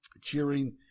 cheering